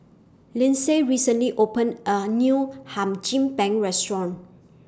Lindsay recently opened A New Hum Chim Peng Restaurant